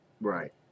Right